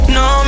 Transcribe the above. no